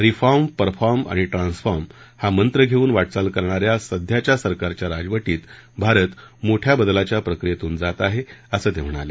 reform perform आणि transform हा मंत्र घेऊन वाटचाल करणाऱ्या सध्याच्या सरकारच्या राजवटीत भारत मोठ्या बदलाच्या प्रक्रियेतून जात आहे असं ते म्हणाले